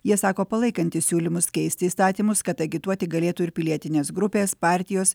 jie sako palaikantys siūlymus keisti įstatymus kad agituoti galėtų ir pilietinės grupės partijos